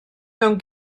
mewn